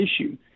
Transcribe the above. issue